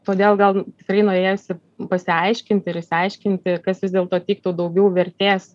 todėl gal tikrai norėjosi pasiaiškinti ir išsiaiškinti kas vis dėlto teiktų daugiau vertės